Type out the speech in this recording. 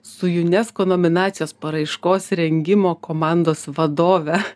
su unesco nominacijos paraiškos rengimo komandos vadove